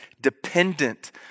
dependent